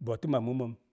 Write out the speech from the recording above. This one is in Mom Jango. Botəm a muməm.